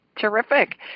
Terrific